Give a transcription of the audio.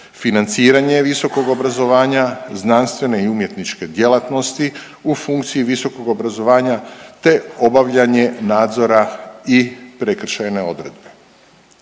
financiranje visokog obrazovanja, znanstvene i umjetničke djelatnosti u funkciji visokog obrazovanja, te obavljanje nadzora i prekršajne odredbe.